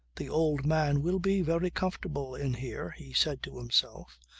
the old man will be very comfortable in here, he said to himself,